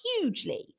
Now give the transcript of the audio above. hugely